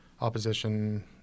opposition